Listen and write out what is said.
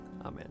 Amen